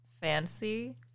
fancy